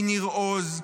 מניר עוז,